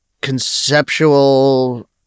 conceptual